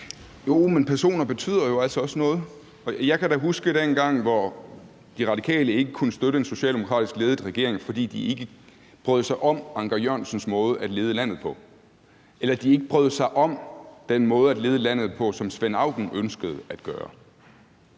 Jo, men personer betyder jo altså også noget. Jeg kan da huske dengang, hvor De Radikale ikke kunne støtte en socialdemokratisk ledet regering, fordi de ikke brød sig om Anker Jørgensens måde at lede landet på eller ikke brød sig om den måde at lede landet på, som Svend Auken ønskede at gøre